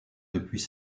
depuis